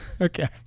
okay